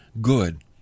good